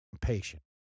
patient